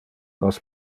nos